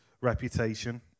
reputation